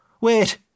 Wait